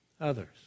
others